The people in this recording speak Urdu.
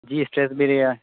جی اسٹریس بھی رہا ہے